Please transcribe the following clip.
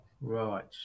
Right